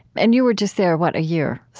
and you were just there, what, a year?